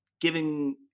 giving